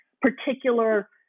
particular